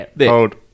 Hold